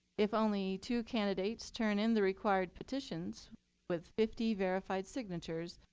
if only two candidates turn in the required petitions with fifty verified signatures,